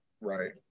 Right